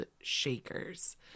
shakers